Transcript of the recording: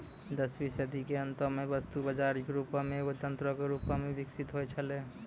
दसवीं सदी के अंतो मे वस्तु बजार यूरोपो मे एगो तंत्रो के रूपो मे विकसित होय छलै